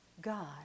God